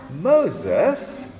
Moses